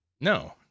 No